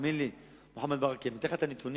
תאמין לי, מוחמד ברכה, אני אתן לך את הנתונים,